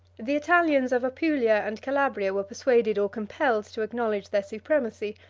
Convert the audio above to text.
the italians of apulia and calabria were persuaded or compelled to acknowledge their supremacy,